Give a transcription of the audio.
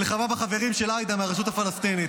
מלחמה בחברים של עאידה מהרשות הפלסטינית.